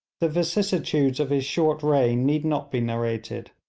the vicissitudes of his short reign need not be narrated.